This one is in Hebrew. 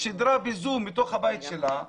שידרה בזום מתוך הבית שלה.